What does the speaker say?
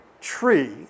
tree